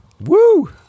woo